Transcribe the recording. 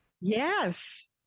yes